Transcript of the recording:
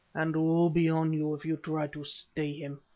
and woe be on you if you try to stay him.